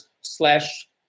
slash